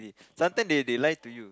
sometime they they lie to you